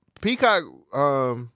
Peacock